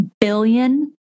billion